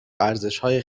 ارزشهای